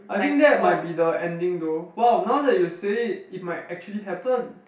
I think that might be the ending though wow now that you say it it might actually happen